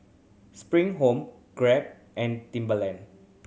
Spring Home Grab and Timberland